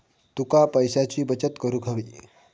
तुका पैशाची बचत करूक हवी